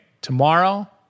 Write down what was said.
tomorrow